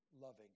loving